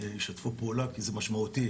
כי המערכת הזאת משמעותית.